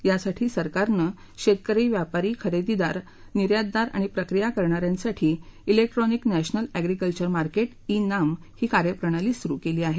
यासाठी सरकारनं शेतकरी व्यापारी खरेदीदार निर्यातदार आणि प्रक्रिया करणाऱ्यांसाठी electronic national agriculture market e NAM ही कार्यप्रणाली सुरू केली आहे